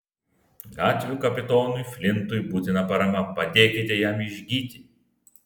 gatvių kapitonui flintui būtina parama padėkite jam išgyti